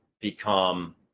become